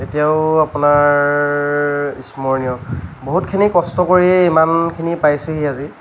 এতিয়াও আপোনাৰ স্মৰণীয় বহুতখিনি কষ্ট কৰি ইমানখিনি পাইছোঁহি আজি